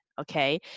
okay